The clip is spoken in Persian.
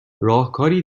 راهکاریی